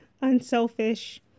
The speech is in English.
unselfish